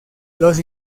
los